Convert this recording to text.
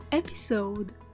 Episode